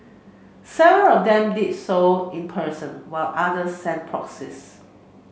several of them did so in person while others sent proxies